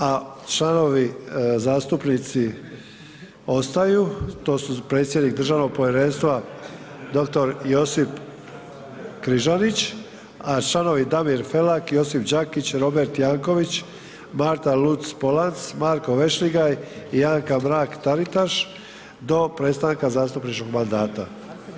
A članovi zastupnici ostaju, to su predsjednik državnog povjerenstva dr. Josip Križanić, a članovi Damir Felak, Josip Đakić, Robert Janković, Marta Luc Polanc, Marko Vešligaj i Anka Mrak Taritaš, do predstavnika zastupničkog mandata.